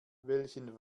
welchen